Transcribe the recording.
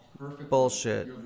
Bullshit